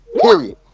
period